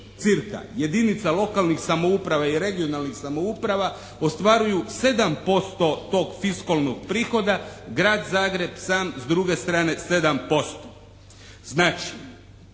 cirka jedinica lokalnih samouprave i regionalnih samouprava ostvaruju 7% tog fiskalnog prihoda. Grad Zagreb sam s druge strane 7%.